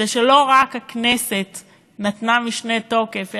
ואז לא רק הכנסת נתנה משנה תוקף,